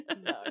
No